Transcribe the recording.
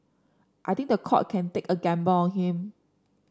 I think the court can take a gamble on him